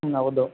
ಹ್ಞೂ ಹೌದು